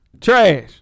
Trash